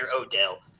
Odell